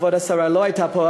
כבוד השרה לא הייתה פה,